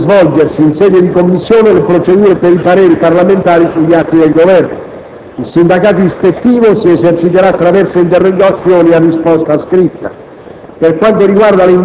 Potranno inoltre svolgersi, in sede di Commissione, le procedure per i pareri parlamentari sugli atti del Governo. Il sindacato ispettivo si eserciterà attraverso interrogazioni a risposta scritta.